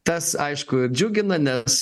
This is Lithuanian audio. tas aišku džiugina nes